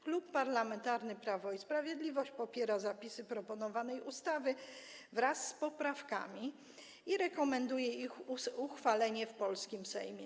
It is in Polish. Klub Parlamentarny Prawo i Sprawiedliwość popiera zapisy proponowanej ustawy wraz z poprawkami i rekomenduje ich uchwalenie w polskim Sejmie.